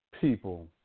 people